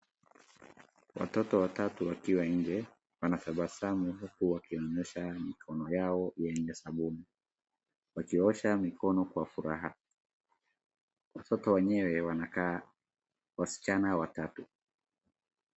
Watoto watatu wakiwa nje, wanatabasamu huku wakionyesha mikono yao yenye sabuni wakiosha mikono kwa furaha, watoto wenyewe wanakaa wasichana watatu.